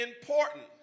important